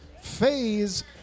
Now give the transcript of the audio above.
phase